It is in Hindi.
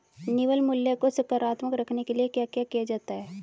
निवल मूल्य को सकारात्मक रखने के लिए क्या क्या किया जाता है?